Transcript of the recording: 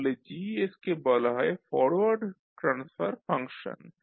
তাহলে G কে বলা হয় ফরওয়ার্ড ট্রান্সফার ফাংশন